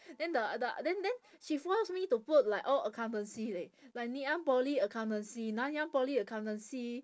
then the the then then she force me to put like all accountancy leh like ngee-ann poly accountancy nanyang poly accountancy